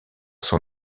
son